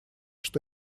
что